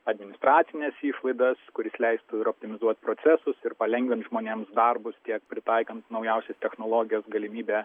administracines išlaidas kuris leistų ir optimizuot procesus ir palengvint žmonėms darbus tiek pritaikant naujausias technologijas galimybę